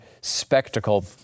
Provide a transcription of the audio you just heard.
spectacle